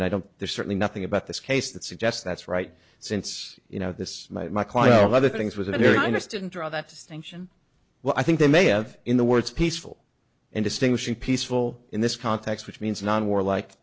and i don't there's certainly nothing about this case that suggests that's right since you know this my my client of other things was a very nice didn't draw that distinction well i think they may have in the words peaceful and distinguishing peaceful in this context which means non war like